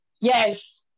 Yes